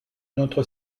notre